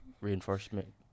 reinforcement